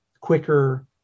quicker